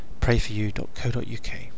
prayforyou.co.uk